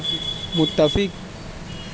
متفق